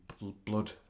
blood